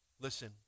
Listen